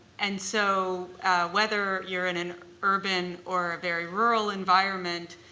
and so whether you're in an urban or a very rural environment,